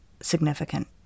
Significant